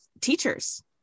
teachers